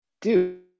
Dude